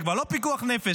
זה כבר לא פיקוח נפש,